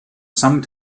some